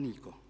Nitko.